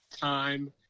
time